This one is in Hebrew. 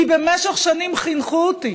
כי במשך שנים חינכו אותי